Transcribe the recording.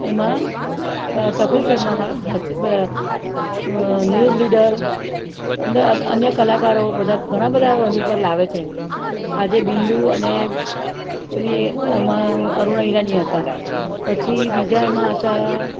એમાં કપિલ શર્મામાં હાસ્ય બધા ન્યુઝરીડર અંદર અન્ય કલાકારો બધા ઘણા બધાઓની પર લાવે છે આજે બિંદુ અને પેલી એમાં અરુણા ઈરાની હતા પછી બીજા એમાં હતા